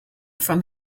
from